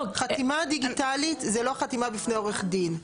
חתימה דיגיטלית זה לא חתימה בפני עורך דין.